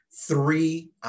three